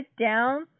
down